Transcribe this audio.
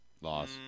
Loss